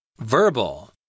verbal